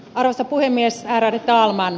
arvoisa puhemies ärade talman